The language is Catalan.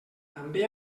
també